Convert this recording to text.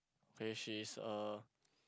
K she's a